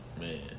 man